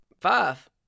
Five